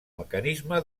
mecanisme